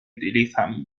utilizan